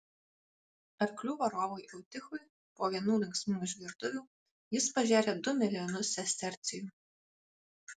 arklių varovui eutichui po vienų linksmų išgertuvių jis pažėrė du milijonus sestercijų